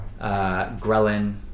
ghrelin